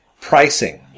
pricing